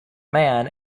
man